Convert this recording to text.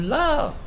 love